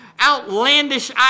outlandish